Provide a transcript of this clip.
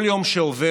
כל יום שעובר